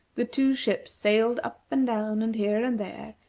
the two ships sailed up and down, and here and there,